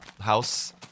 house